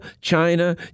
China